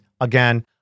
Again